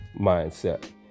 mindset